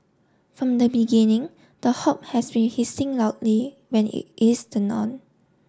from the beginning the hob has been hissing loudly when it is turned on